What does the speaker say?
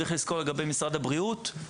לגבי משרד הבריאות,